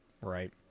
right